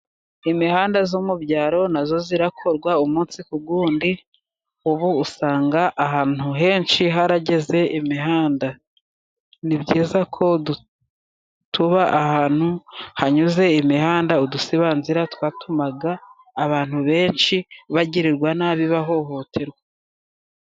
Imihanda yo mu byaro nayo irakorwa umunsi ku wundi Ubu usanga ahantu henshi harageze imihanda, ni byiza kotuba ahantu hanyuze imihanda. Udusibanzira twatumaga abantu benshi bagirirwa nabi bahohoterwa.